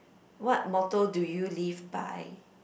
what motto do you live by